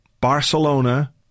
Barcelona